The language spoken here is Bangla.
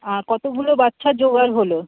কতগুলো বাচ্চা জোগাড় হল